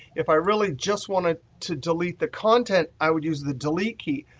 if i really just wanted to delete the content, i would use the delete key.